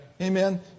Amen